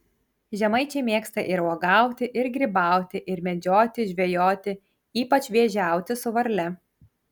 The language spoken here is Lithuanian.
žemaičiai mėgstą ir uogauti ir grybauti ir medžioti žvejoti ypač vėžiauti su varle